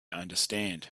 understand